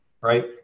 right